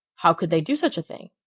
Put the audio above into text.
how could they do such a thing?